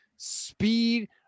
speed